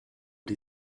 die